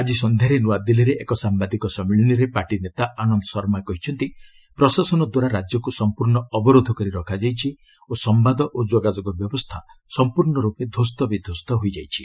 ଆଜି ସନ୍ଧ୍ୟାରେ ନ୍ତଆଦିଲ୍ଲୀରେ ଏକ ସାମ୍ଭାଦିକ ସମ୍ମିଳନୀରେ ପାର୍ଟି ନେତା ଆନନ୍ଦ ଶର୍ମା କହିଛନ୍ତି ପ୍ରଶାସନଦ୍ୱାରା ରାଜ୍ୟକ୍ ସମ୍ପର୍ଷ୍ଣ ଅବରୋଧ କରି ରଖାଯାଇଛି ଓ ସମ୍ଭାଦ ଓ ଯୋଗାଯୋଗ ବ୍ୟବସ୍ଥା ସମ୍ପର୍ଷରୂପେ ଧ୍ୱସ୍ତବିଧ୍ୱସ୍ତ ହୋଇଯାଇଛି